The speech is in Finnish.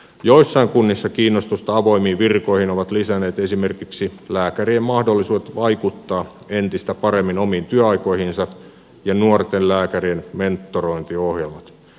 joissain kunnissa kiinnostusta avoimiin virkoihin ovat lisänneet esimerkiksi lääkärien mahdollisuudet vaikuttaa entistä paremmin omiin työaikoihinsa ja nuorten lääkärien mentorointiohjelmat